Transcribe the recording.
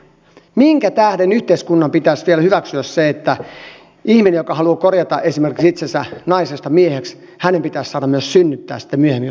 minkä tähden yhteiskunnan pitäisi vielä hyväksyä se että ihmisen joka haluaa korjata esimerkiksi itsensä naisesta mieheksi pitäisi saada myös synnyttää sitten miehenä jos hän haluaa